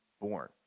born